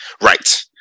Right